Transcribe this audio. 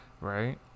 Right